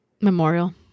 memorial